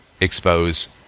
expose